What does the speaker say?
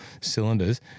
cylinders